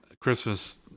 Christmas